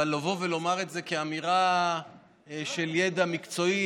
אבל לבוא ולומר את זה כאמירה של ידע מקצועי,